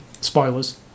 spoilers